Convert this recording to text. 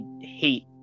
hate